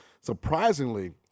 surprisingly –